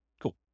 Cool